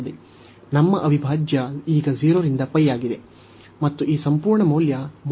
ನಮ್ಮ ಅವಿಭಾಜ್ಯ ಈಗ 0 ರಿಂದ ಆಗಿದೆ